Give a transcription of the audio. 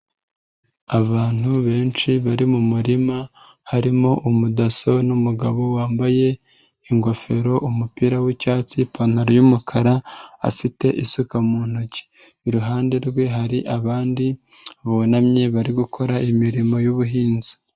Abantu benshi bari mu murima, harimo umudaso n'umugabo wambaye, ingofero umupira w'icyatsi, ipantaro y'umukara, afite isuka mu ntoki, iruhande rwe hari abandi bunamye bari gukora imirimo y'ubuhinzi.